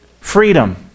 freedom